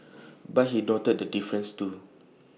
but he noted their differences too